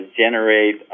generate